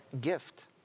gift